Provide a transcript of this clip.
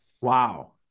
Wow